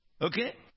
Okay